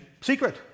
secret